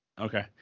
Okay